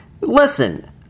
Listen